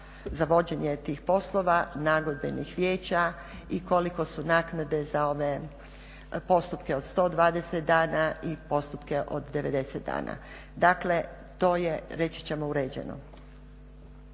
za vođenje tih poslova, nagodbenih vijeća i koliko su naknade za ove postupke od 120 dana i postupke od 90 dana, dakle to je reći ćemo uređeno.